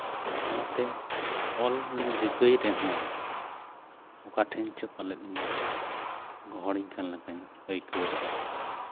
ᱚᱱᱟᱛᱮ ᱚᱞ ᱤᱧ ᱨᱤᱠᱟᱹᱭ ᱨᱮᱦᱚᱸ ᱚᱠᱟ ᱴᱷᱮᱱ ᱪᱚ ᱯᱟᱞᱮᱫ ᱤᱧ ᱜᱚᱦᱚᱲ ᱤᱧ ᱠᱟᱱ ᱞᱮᱠᱟᱧ ᱟᱹᱭᱠᱟᱹᱣᱟ